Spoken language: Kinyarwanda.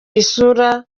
isura